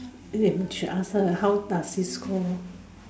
Lim should ask her how does this call